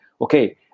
okay